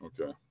Okay